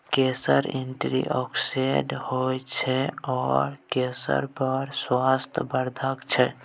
केसर एंटीआक्सिडेंट होइ छै आ केसर बड़ स्वास्थ्य बर्धक छै